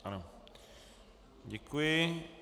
Ano, děkuji.